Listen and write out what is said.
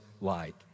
light